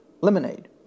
lemonade